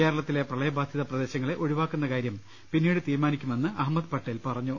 കേരളത്തിലെ പ്രളയബാധിത പ്രദേശ ങ്ങളെ ഒഴിവാക്കുന്ന കാര്യം പിന്നീട് തീരുമാനിക്കുമെന്ന് അഹമ്മദ് പട്ടേൽ പറഞ്ഞു